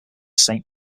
saint